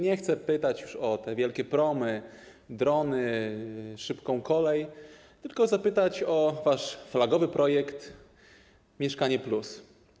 Nie chcę pytać już o te wielkie promy, drony, szybką kolej, tylko chcę zapytać o wasz flagowy projekt „Mieszkanie+”